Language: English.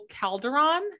Calderon